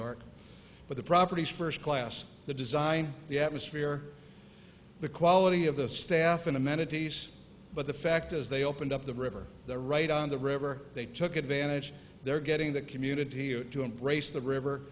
york but the property is first class the design the atmosphere the quality of the staff and amenities but the fact is they opened up the river there right on the river they took advantage they're getting the community to embrace the river